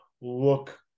look